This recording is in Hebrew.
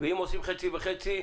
ואם עושה חצי וחצי,